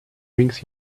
wings